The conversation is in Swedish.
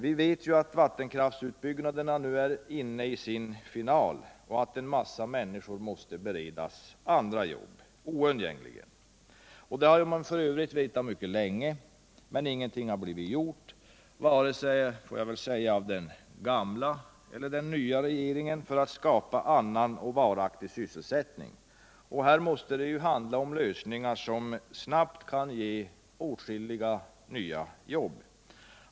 Vi vet att vattenkraftsutbyggnaderna är inne i sin final, och att en massa människor nu oundgängligen måste beredas andra jobb. Det har f. ö. varit känt mycket länge, men ingenting har blivit gjort vare sig av den gamla eller av den nya regeringen för att skapa annan och varaktigare sysselsättning. Här måste regeringen komma fram till lösningar som snabbt kan ge åtskilliga nya jobb.